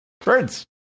birds